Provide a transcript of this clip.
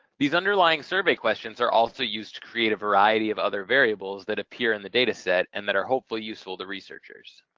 these underlying survey questions are also used to create a variety of other variables that appear in the dataset and that are hopefully useful to researchers.